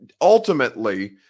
ultimately